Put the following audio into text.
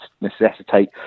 necessitate